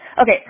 Okay